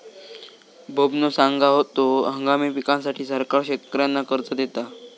बबनो सांगा होतो, हंगामी पिकांसाठी सरकार शेतकऱ्यांना कर्ज देता